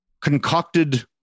concocted